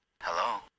Hello